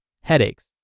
headaches